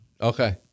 Okay